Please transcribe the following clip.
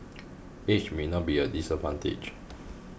age may not be a disadvantage